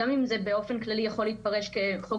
גם אם זה באופן כללי יכול להתפרש כחוק